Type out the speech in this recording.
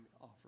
offer